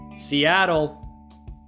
Seattle